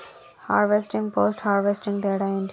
Harvesting, post harvesting తేడా ఏంటి?